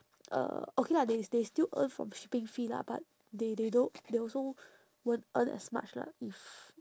uh okay lah they they still earn from shipping fee lah but they they don't they also won't earn as much lah if